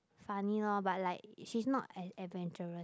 funny lor but like she is not an adventurous